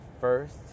first